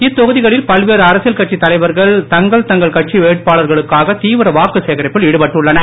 இத்தொகுதிகளில் பல்வேறு அரசியல் கட்சித் தலைவர்கள் தங்கள் தங்கள் கட்சி வேட்பாளர்களுக்காக தீவிர வாக்கு சேகரிப்பில் ஈடுபட்டுள்ளனர்